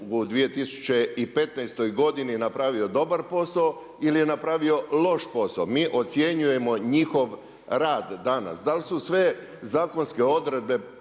u 2015. godini napravio dobar posao ili je napravio loš posao. Mi ocjenjujemo njihov rad danas, da li su sve zakonske odredbe